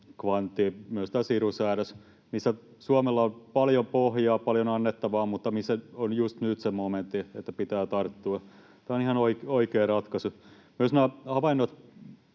kvanttiin, myös tähän sirusäädökseen, missä Suomella on paljon pohjaa ja paljon annettavaa mutta missä on just nyt se momentti, että pitää tarttua. Tämä on ihan oikea ratkaisu. Mielestäni myös nämä havainnot